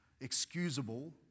excusable